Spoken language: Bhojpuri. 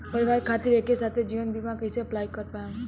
परिवार खातिर एके साथे जीवन बीमा कैसे अप्लाई कर पाएम?